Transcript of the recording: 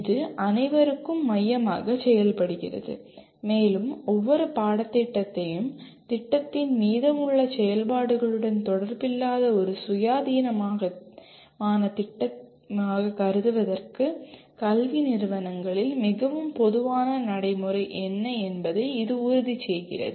இது அனைவருக்கும் மையமாக செயல்படுகிறது மேலும் ஒவ்வொரு பாடத்திட்டத்தையும் திட்டத்தின் மீதமுள்ள செயல்பாடுகளுடன் தொடர்பில்லாத ஒரு சுயாதீனமான திட்டமாக கருதுவதற்கு கல்வி நிறுவனங்களில் மிகவும் பொதுவான நடைமுறை என்ன என்பதை இது உறுதி செய்கிறது